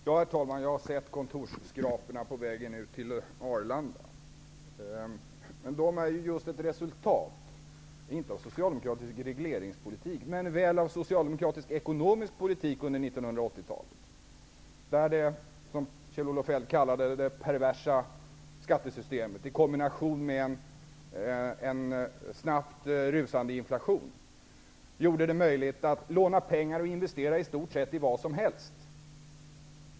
Herr talman! Jag har sett kontorsskraporna på vägen ut till Arlanda. De är just ett resultat inte av socialdemokratisk regleringspolitik men väl av socialdemokratisk ekonomisk politik under 1980 talet, då det som Kjell-Olof Feldt kallat det perversa skattesystemet i kombination med en snabbt rusande inflation gjorde det möjligt att låna pengar och investera i stort sett vad som helst.